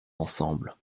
ensemble